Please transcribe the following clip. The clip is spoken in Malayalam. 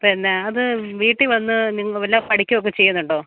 പിന്നെ അത് വീട്ടിൽ വന്നു നിങ്ങൾ വല്ലതും പഠിക്കുകയൊക്കെ ചെയ്യുന്നുണ്ടോ